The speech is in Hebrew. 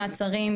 מעצרים,